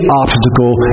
obstacle